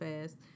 fast